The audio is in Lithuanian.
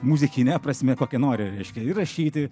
muzikine prasme kokia nori reiškia įrašyti